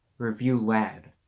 review lad,